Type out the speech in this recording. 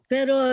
Pero